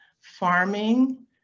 farming